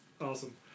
awesome